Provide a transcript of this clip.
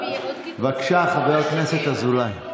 בבקשה, חבר הכנסת אזולאי.